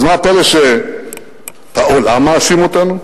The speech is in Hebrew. אז מה הפלא שהעולם מאשים אותנו?